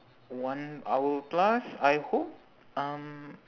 one hour plus I hope um